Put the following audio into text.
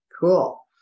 Cool